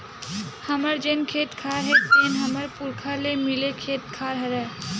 हमर जेन खेत खार हे तेन ह हमर पुरखा ले मिले खेत खार हरय